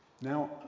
Now